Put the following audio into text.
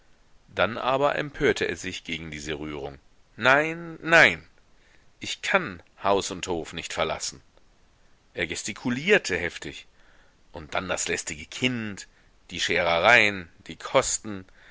dann aber empörte er sich gegen diese rührung nein nein ich kann haus und hof nicht verlassen er gestikulierte heftig und dann das lästige kind die scherereien die kosten